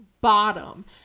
bottom